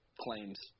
Claims